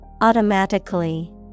Automatically